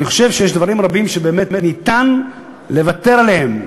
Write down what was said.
אני חושב שיש דברים רבים שבאמת ניתן לוותר עליהם.